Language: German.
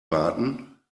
warten